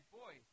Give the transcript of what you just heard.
boy